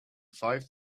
five